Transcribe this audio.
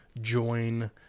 join